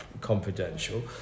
confidential